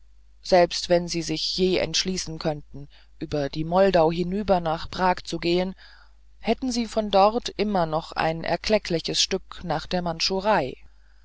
selbst wenn sie sich je entschließen könnten über die moldau hinüber nach prag zu gehen hätten sie von dort immer noch ein erkleckliches stück nach der